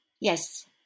Yes